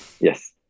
yes